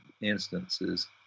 instances